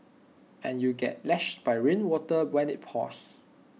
and you'd get lashed by rainwater when IT pours